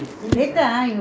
why you miss them ah